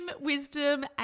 wisdom